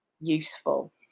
useful